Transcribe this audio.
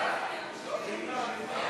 אם כן,